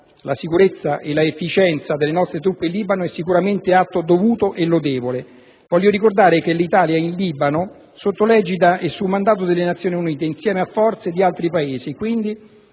la sicurezza e l'efficienza delle nostre truppe in Libano è sicuramente atto dovuto e lodevole. Ricordo che l'Italia è in Libano sotto l'egida e su mandato delle Nazioni Unite, insieme a forze di altri Paesi,